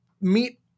meet